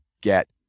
get